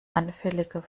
anfälliger